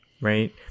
right